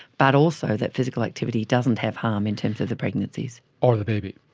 but also that physical activity doesn't have harm in terms of the pregnancies. or the baby.